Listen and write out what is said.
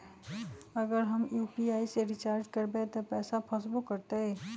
अगर हम यू.पी.आई से रिचार्ज करबै त पैसा फसबो करतई?